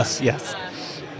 Yes